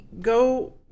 go